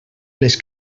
les